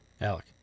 Alec